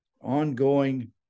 ongoing